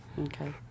Okay